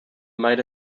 might